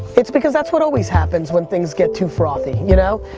it's because that's what always happens when things get too frothy. you know?